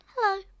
Hello